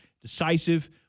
Decisive